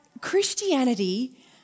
Christianity